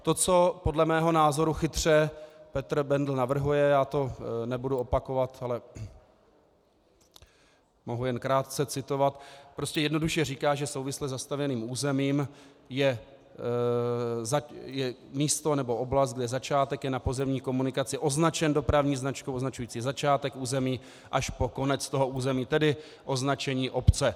To, co podle mého názoru chytře Petr Bendl navrhuje, já to nebudu opakovat, ale mohu jen krátce citovat, prostě jednoduše, říká, že souvisle zastavěným územím je místo nebo oblast, kde začátek je na pozemní komunikaci označen dopravní značkou označující začátek území, až po konec toho území, tedy označení obce.